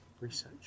research